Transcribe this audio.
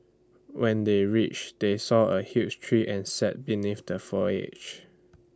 when they reached they saw A huge tree and sat beneath the foliage